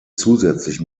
zusätzlich